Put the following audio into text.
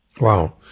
Wow